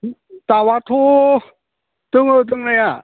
दाउआथ' दङ दोंनाया